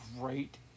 great